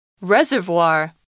Reservoir